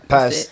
Pass